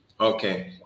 okay